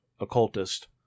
occultist